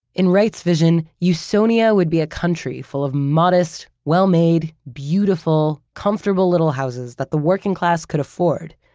in wright's vision, usonia would be a country full of modest, well-made, beautiful, comfortable little houses that the working class could afford.